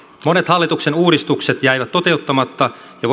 monet hallituksen uudistukset jäivät toteuttamatta ja